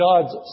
God's